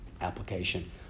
application